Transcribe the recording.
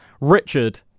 Richard